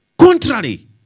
Contrary